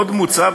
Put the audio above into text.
עוד מוצע,